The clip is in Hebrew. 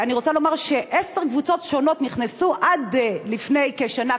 אני רוצה לומר שעשר קבוצות שונות נכנסו עד לפני כשנה,